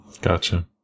Gotcha